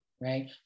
right